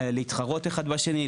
להתחרות אחד בשני,